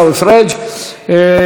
אם כך,